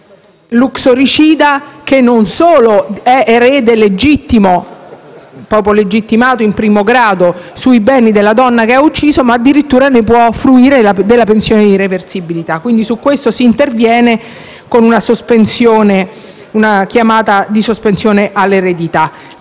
l'uxoricida non solo è erede legittimo in quanto legittimato in primo grado sui beni della donna che ha ucciso, ma addirittura può fruire della pensione di reversibilità . Ebbene su questo si interviene con una sospensione della